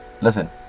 Listen